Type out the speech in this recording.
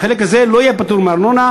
החלק הזה לא יהיה פטור מארנונה.